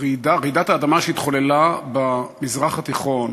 רעידת האדמה שהתחוללה במזרח התיכון